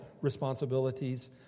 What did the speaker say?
responsibilities